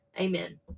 amen